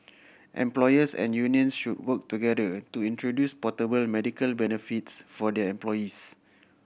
employers and unions should work together to introduce portable medical benefits for their employees